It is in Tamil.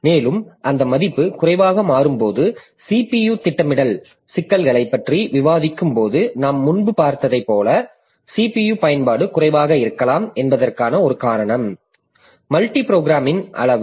மேலும் அந்த மதிப்பு குறைவாக மாறும் போது CPU திட்டமிடல் சிக்கல்களைப் பற்றி விவாதிக்கும் போது நாம் முன்பு பார்த்தது போல CPU பயன்பாடு குறைவாக இருக்கலாம் என்பதற்கான ஒரு காரணம் மல்டி புரோகிராமிங்கின் அளவு